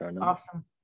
Awesome